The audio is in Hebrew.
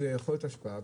ויכולה להיות לזה השפעה,